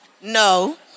No